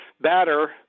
batter